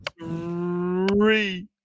Three